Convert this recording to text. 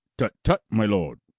tut, tut, my lord,